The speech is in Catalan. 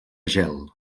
gel